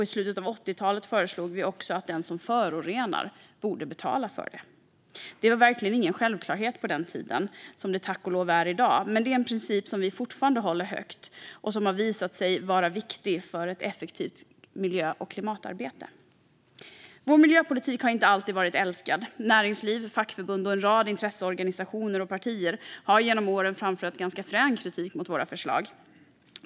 I slutet av 80-talet föreslog vi också att den som förorenar borde betala för det. Det var verkligen ingen självklarhet på den tiden, vilket det tack och lov är i dag. Men det är en princip som vi fortfarande håller högt och som har visat sig vara viktig för ett effektivt miljö och klimatarbete. Vår miljöpolitik har inte alltid varit älskad. Näringsliv, fackförbund och en rad intresseorganisationer och partier har genom åren framfört ganska frän kritik mot våra förslag.